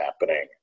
happening